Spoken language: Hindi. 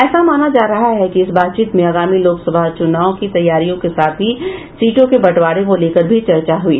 ऐसा माना जा रहा है कि इस बातचीत में आगामी लोकसभा चुनाव की तैयारियों के साथ ही सीटों के बंटवारों को लेकर भी चर्चा हुई